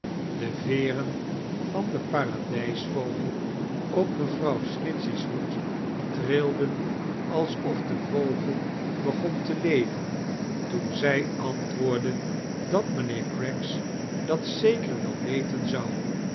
de veeren van den paradijsvogei op mevrouw snitchey's hoed trilden alsof de vogel begon te leven toen zij antwoordde dat mijnheer craggs dat zeketr wel weten zou